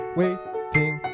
waiting